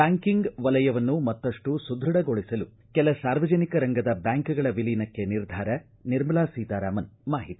banking ವಲಯವನ್ನು ಮತ್ತಷ್ಟು ಸುದ್ಯಢಗೊಳಿಸಲು ಕೆಲ ಸಾರ್ವಜನಿಕ ರಂಗದ ಬ್ಯಾಂಕ್ಗಳ ವಿಲೀನಕ್ಕೆ ನಿರ್ಧಾರ ನಿರ್ಮಲಾ ಸೀತಾರಾಮನ್ ಮಾಹಿತಿ